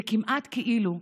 זה כמעט כאילו,